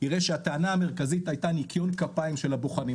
יראה שהטענה המרכזית הייתה ניקיון כפיים של הבוחנים.